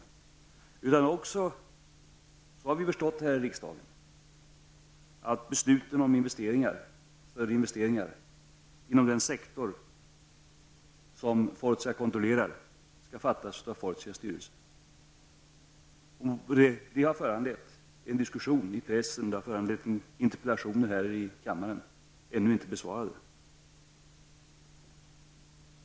Dessutom skall, såvitt vi här i riksdagen förstår, beslut om större investeringar inom den sektor som Fortia kontrollerar fattas av Fortias styrelse. Detta har föranlett en diskussion i pressen och även interpellationer här i kammaren, vilka ännu inte har besvarats.